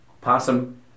possum